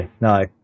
no